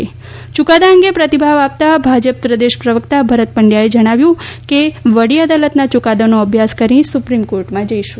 યુકાદા અંગે પ્રતિભાવ આપતા ભાજપ પ્રદેશ પ્રવકતા ભરત પંડથાએ જણાવ્યું છે કે વડી અદાલતના યુકાદાનો અભ્યાસ કરીને સુપ્રિમ કોર્ટમાં જઇશું